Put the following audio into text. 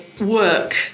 work